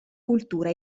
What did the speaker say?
cultura